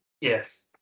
Yes